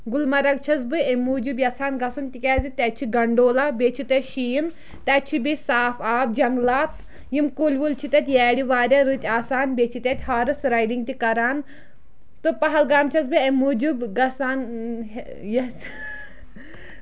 گُلمرگ چھَس بہٕ اَمہِ موٗجوٗب یَژھان گژھُن تِکیٛازِ تَتہِ چھِ گَنڈولا بیٚیہِ چھِ تَتہِ شیٖن تَتہِ چھِ بیٚیہِ صاف آب جنٛگلات یِم کُلۍ وُلۍ چھِ تَتہِ یارِ واریاہ رٕتۍ آسان بیٚیہِ چھِ تَتہِ ہارٕس رایڈِنٛگ تہِ کَران تہٕ پہلگام چھَس بہٕ اَمہِ موٗجوٗب گژھان یَس